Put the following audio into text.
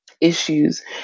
issues